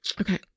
Okay